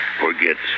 forgets